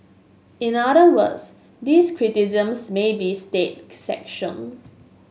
in other words this criticisms may be state sanctioned